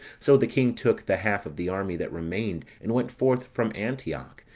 so the king took the half of the army that remained, and went forth from antioch,